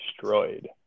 destroyed